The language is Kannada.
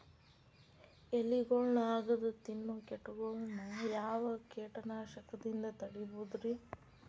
ಎಲಿಗೊಳ್ನ ಅಗದು ತಿನ್ನೋ ಕೇಟಗೊಳ್ನ ಯಾವ ಕೇಟನಾಶಕದಿಂದ ತಡಿಬೋದ್ ರಿ?